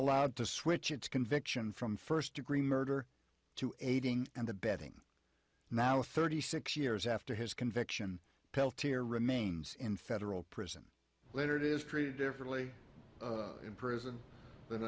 allowed to switch its conviction from first degree murder to aiding and abetting now thirty six years after his conviction peltier remains in federal prison later it is treated differently in prison than